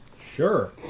Sure